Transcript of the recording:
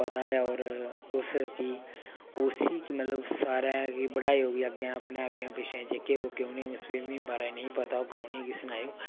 पता ऐ होर तुस बी उसी गी मतलब सारे गी बढ़ाएओ गी अग्गैं अपने अग्गैं पिच्छें जेह्के ओह्के उ'नें स्वीमिंग बारै नेईं पता होगा उ'नेंगी सनाएयो